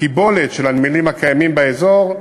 הקיבולת של הנמלים הקיימים באזור,